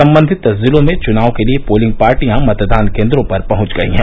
सम्बन्धित जिलों में चुनाव के लिये पोलिंग पार्टियां मतदान केन्द्रों पर पहुंच गयी हैं